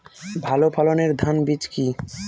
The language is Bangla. ভালো ফলনের ধান বীজ কি?